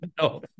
No